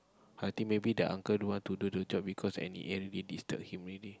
I think maybe the uncle don't want to do the job because N_E_A disturb him already